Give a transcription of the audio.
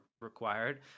required